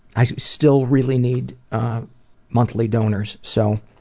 i still really need monthly donors, so.